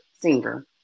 singer